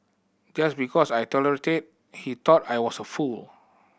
just because I tolerated he thought I was a fool